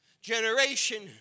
generation